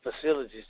facilities